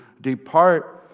depart